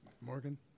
Morgan